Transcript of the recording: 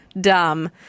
dumb